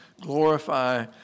glorify